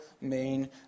main